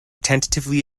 tentatively